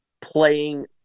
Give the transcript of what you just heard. playing